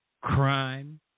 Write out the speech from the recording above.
crime